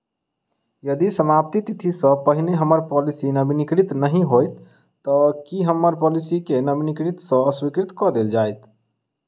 यदि समाप्ति तिथि सँ पहिने हम्मर पॉलिसी नवीनीकृत नहि होइत तऽ की हम्मर पॉलिसी केँ नवीनीकृत सँ अस्वीकृत कऽ देल जाइत?